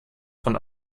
von